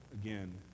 again